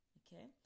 okay